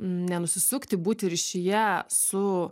nenusisukti būti ryšyje su